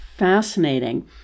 fascinating